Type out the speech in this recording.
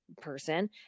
person